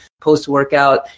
post-workout